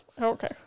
Okay